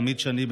עמית שני,